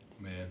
Man